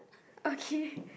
okay